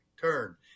turn